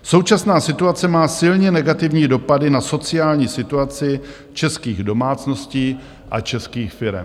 Současná situace má silně negativní dopady na sociální situaci českých domácností a českých firem.